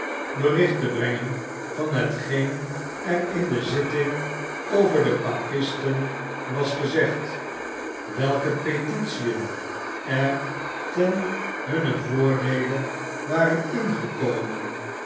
bericht te brengen van hetgeen er in de zitting over de papisten was gezegd welke petitien er ten hunnen voordeele waren ingekomen